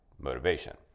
motivation